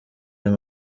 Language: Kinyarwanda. ayo